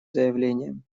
заявлением